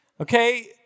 Okay